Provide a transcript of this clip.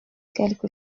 quelque